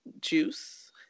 juice